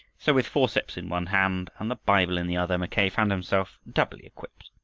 so with forceps in one hand and the bible in the other mackay found himself doubly equipped.